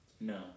No